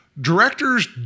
directors